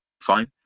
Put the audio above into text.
fine